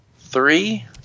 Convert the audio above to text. three